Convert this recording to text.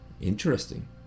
interesting